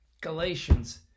Galatians